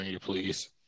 please